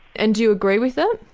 and do you agree with that?